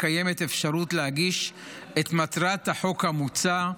קיימת אפשרות להגיש את מטרת החוק המוצע,